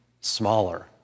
smaller